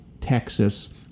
Texas